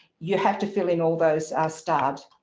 you have to fill in all those ah starred